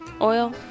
oil